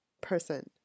person